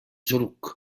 zorqun